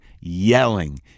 yelling